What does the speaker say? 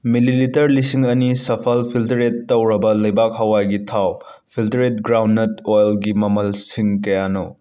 millilitre ꯂꯤꯁꯤꯡ ꯑꯅꯤ ꯁꯐꯥꯜ ꯐꯤꯜꯇꯔꯦꯠ ꯇꯧꯔꯕ ꯂꯩꯕꯥꯛ ꯍꯋꯥꯏꯒꯤ ꯊꯥꯎ ꯐꯤꯜꯇꯔꯦꯠ ꯒ꯭ꯔꯥꯎꯟ ꯅꯠ ꯑꯣꯏꯜꯒꯤ ꯃꯝꯜꯁꯤꯡ ꯀꯌꯥꯅꯣ